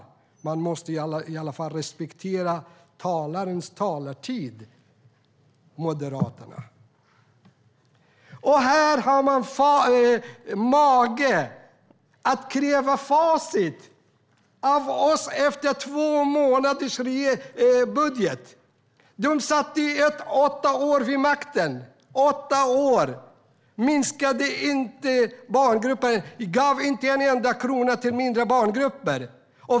Man måste i alla fall respektera talarens talartid, Moderaterna. Här har ni mage att kräva facit av oss efter två månaders budget. Ni satt åtta år vid makten - åtta år! Barngrupperna minskade inte. Ni gav inte en enda krona till mindre barngrupper.